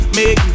make